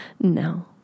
No